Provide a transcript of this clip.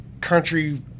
country